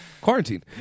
Quarantine